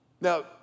Now